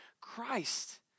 Christ